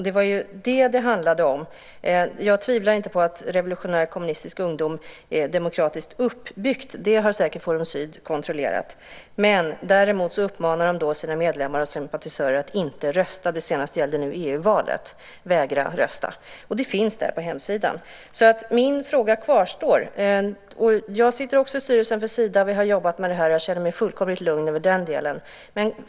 Det var det som det handlade om. Jag tvivlar inte på att Revolutionär Kommunistisk Ungdom är demokratiskt uppbyggt - det har säkert Forum Syd kontrollerat. Däremot uppmanar de sina medlemmar och sympatisörer att inte rösta. Senast gällde det i EU-valet då de uppmanade till att vägra att rösta. Det finns på deras hemsida. Min fråga kvarstår därför. Jag sitter också med i Sidas styrelse. Vi har jobbat med det här, och jag känner mig fullkomligt lugn i den delen.